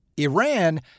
Iran